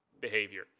behavior